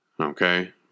Okay